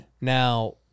Now